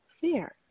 fear